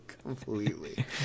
Completely